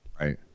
Right